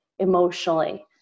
emotionally